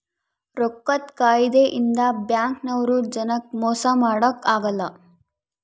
ರೊಕ್ಕದ್ ಕಾಯಿದೆ ಇಂದ ಬ್ಯಾಂಕ್ ನವ್ರು ಜನಕ್ ಮೊಸ ಮಾಡಕ ಅಗಲ್ಲ